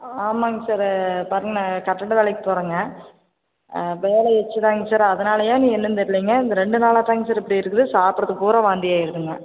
ஆமாங்க சார் பாருங்க நான் கட்டட வேலைக்கு போகிறேங்க ஆ வேலை எச்சு தாங்க சார் அதனாலேயா இனி என்னென்று தெரியலிங்க இந்த ரெண்டு நாளாகத்தாங்க சார் இப்படி இருக்குது சாப்பிட்றதுப் பூரா வாந்தியாகிடுதுங்க